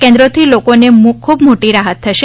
આ કેન્રોદ્થી લોકોને ખૂબ મોટી રાહત થશે